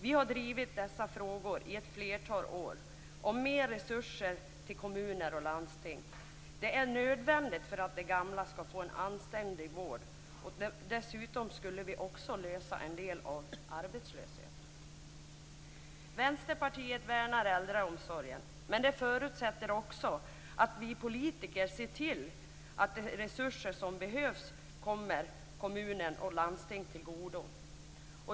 Vi har drivit dessa frågor i ett flertal år och krävt mer resurser till kommuner och landsting. Det är nödvändigt för att de gamla skall få en anständig vård. Dessutom skulle vi få en lösning för en del av arbetslösheten. Vänsterpartiet värnar äldreomsorgen, men det förutsätter också att vi politiker ser till att de resurser som behövs kommer kommuner och landsting till godo.